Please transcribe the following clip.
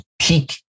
peak